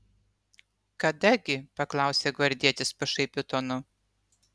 kada gi paklausė gvardietis pašaipiu tonu